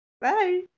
bye